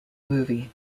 movie